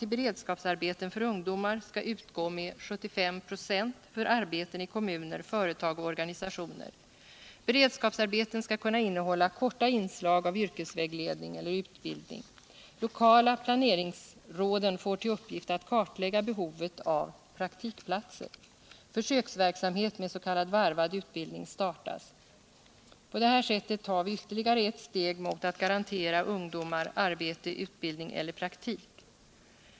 Beredskapsarbeten skall kunna innehålla korta inslag av yrkesvägledning och yrkesutbildning. Med dessa åtgärder tar vi vtterligare ett steg mot att garantera ungdomar arbete, utbildning eller praktik.